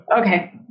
Okay